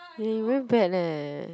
eh you very bad leh